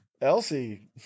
Elsie